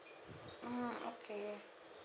mm okay